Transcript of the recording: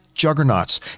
juggernauts